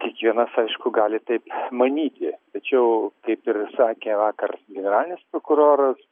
kiekvienas aišku gali taip manyti tačiau kaip ir sakė vakar generalinis prokuroras